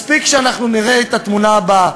מספיק שאנחנו נראה את התמונה הבאה,